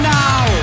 now